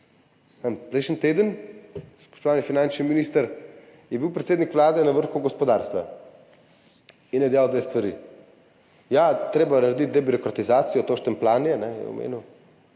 Prejšnji teden, spoštovani finančni minister, je bil predsednik Vlade na vrhu gospodarstva in je dejal dve stvari: ja, treba je narediti debirokratizacijo, to štempljanje je omenil,